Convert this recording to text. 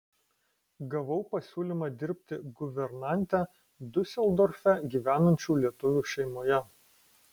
gavau pasiūlymą dirbti guvernante diuseldorfe gyvenančių lietuvių šeimoje